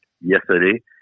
Yesterday